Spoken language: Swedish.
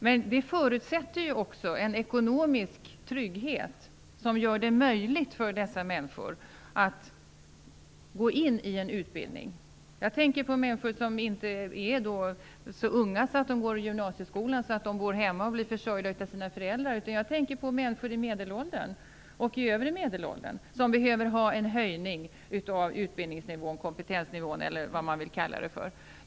Men det förutsätter också en ekonomisk trygghet som gör det möjligt för dessa människor att gå in i en utbildning. Jag tänker på människor som inte är så unga att de går i gymnasieskolan, bor hemma och blir försörjda av sina föräldrar. Jag tänker på människor i medelåldern och i övre medelåldern som behöver ha en höjning av utbildningsnivån, kompetensnivån eller vad man vill kalla det.